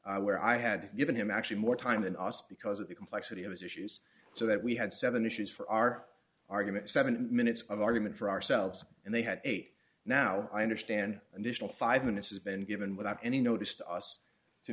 schutz where i had given him actually more time than us because of the complexity of his issues so that we had seven issues for our argument seven minutes of argument for ourselves and they had eight now i understand an initial five minutes has been given without any notice to us to